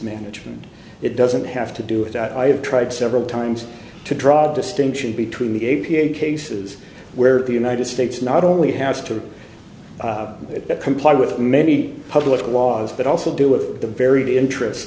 management it doesn't have to do it i have tried several times to draw a distinction between the a p a cases where the united states not only has to comply with many public laws but also deal with the varied interests